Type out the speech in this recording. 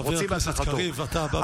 חבר הכנסת קריב, אתה הבא בתור.